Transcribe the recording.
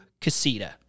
casita